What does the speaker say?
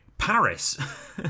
Paris